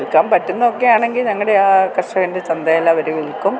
വിൽക്കാൻ പറ്റുന്നത് ഒക്കെ ആണെങ്കിൽ ഞങ്ങളുടെ ആ കർഷകൻ്റെ ചന്തയിൽ അവർ വിൽക്കും